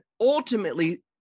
ultimately